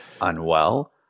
unwell